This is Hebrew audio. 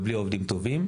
ובלי עובדים טובים,